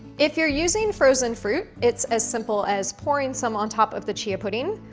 if you're using frozen fruit, it's as simple as pouring some on top of the chia pudding,